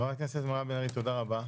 תודה רבה.